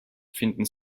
finden